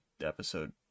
episode